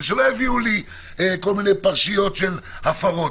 ושלא יביאו לי כל מיני פרשיות של הפרות,